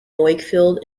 wakefield